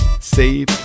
save